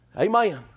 Amen